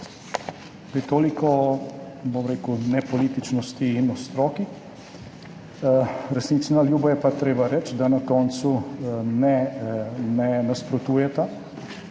Toliko o nepolitičnosti in o stroki, resnici na ljubo je pa treba reči, da na koncu ne nasprotujeta